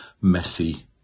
messy